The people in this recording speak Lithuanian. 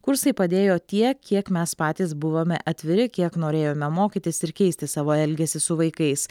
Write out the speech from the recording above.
kursai padėjo tiek kiek mes patys buvome atviri kiek norėjome mokytis ir keisti savo elgesį su vaikais